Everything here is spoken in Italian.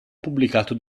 pubblicato